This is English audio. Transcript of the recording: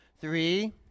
Three